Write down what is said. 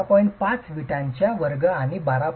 5 पर्यंतच्या वीटांचे वर्ग आणि 12